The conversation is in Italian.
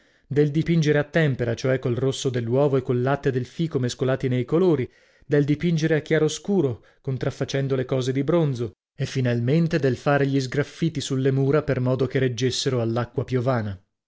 del dipingere a tempera cioè col rosso dell'uovo e col latte del fico mescolati nei colori del dipingere a chiaroscuro contraffacendo le cose di bronzo e finalmente del fare gli sgraffiti sulle mura per modo che reggessero all'acqua piovana